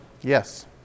Yes